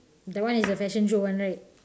that one is a fashion show one right